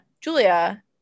Julia